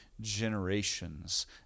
generations